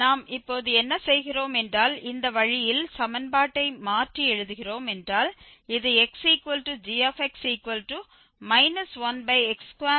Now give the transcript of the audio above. நாம் இப்போது என்ன செய்கிறோம் என்றால் இந்த வழியில் சமன்பாட்டை மாற்றி எழுதுகிறோம் என்றால் இது xgx 1x2 5